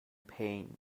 pen